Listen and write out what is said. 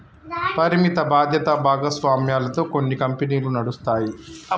పరిమిత బాధ్యత భాగస్వామ్యాలతో కొన్ని కంపెనీలు నడుస్తాయి